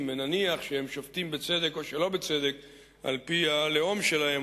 ונניח שהם שופטים בצדק או שלא בצדק על-פי הלאום שלהם,